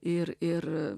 ir ir